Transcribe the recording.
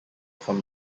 from